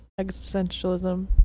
existentialism